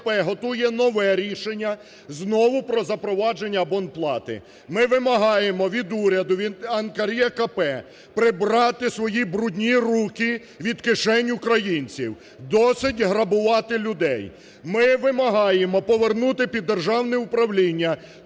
готує нове рішення знову про запровадження абонплати. Ми вимагаємо від уряду, від НКРЕКП прибрати свої брудні руки від кишень українців. Досить грабувати людей! Ми вимагаємо повернути під державне управління